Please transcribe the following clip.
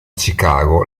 chicago